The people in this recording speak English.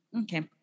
Okay